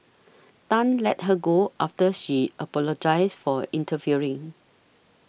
Tan let her go after she apologised for interfering